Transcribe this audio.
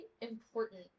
important